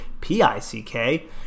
p-i-c-k